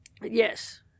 Yes